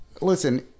listen